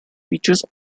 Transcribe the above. features